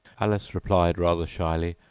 alice replied, rather shyly,